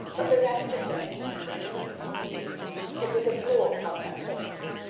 but the ramage affair needed clearing up, of course it was a flaw upon that project.